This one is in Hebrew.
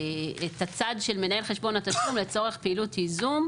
הצד של מנהל חשבון התשלום לצורך פעילות ייזום,